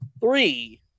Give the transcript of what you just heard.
three